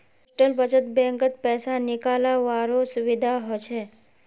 postal बचत बैंकत पैसा निकालावारो सुविधा हछ